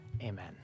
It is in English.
Amen